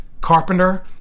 carpenter